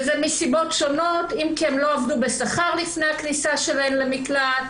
זה מסיבות שונות אם כי הן לא עבדו בשכר לפני הכניסה שלהן למקלט,